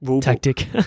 Tactic